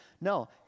No